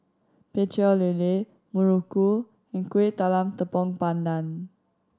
Pecel Lele muruku and Kuih Talam Tepong Pandan